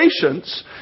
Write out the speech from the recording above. patience